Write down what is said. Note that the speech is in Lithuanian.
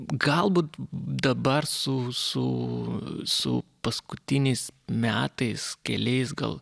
galbūt dabar su su su paskutiniais metais keliais gal